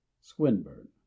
Swinburne